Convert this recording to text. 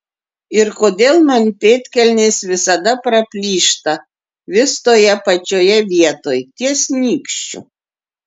ir kodėl man pėdkelnės visada praplyšta vis toje pačioje vietoj ties nykščiu